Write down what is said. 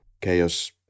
chaos